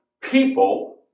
people